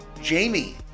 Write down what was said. Jamie